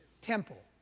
temple